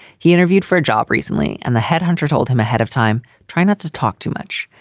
he interviewed for a job recently, and the headhunter told him ahead of time, try not to talk too much.